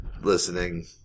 listening